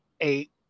eight